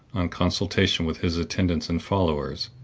on consultation with his attendants and followers,